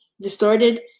distorted